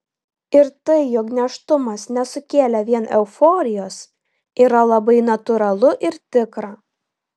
ir tai jog nėštumas nesukėlė vien euforijos yra labai natūralu ir tikra